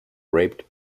raped